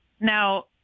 Now